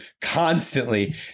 constantly